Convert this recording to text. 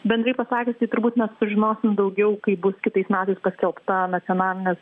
bendrai pasakius tai turbūt mes sužinosim daugiau kai bus kitais metais paskelbta nacionalinės